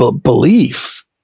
Belief